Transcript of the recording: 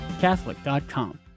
catholic.com